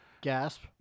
Gasp